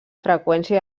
freqüència